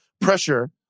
pressure